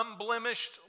unblemished